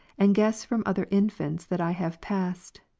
and guess from other infants that i have passed,